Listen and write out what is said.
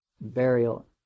burial